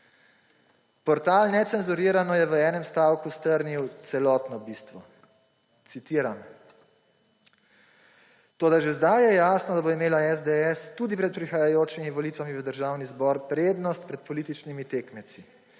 Portal necenzurirano je v enem stavku strnil celotno bistvo, citiram: »Toda že sedaj je jasno, da bo imela SDS tudi pred prihajajočimi volitvami v Državni zbor prednost pred političnimi tekmeci.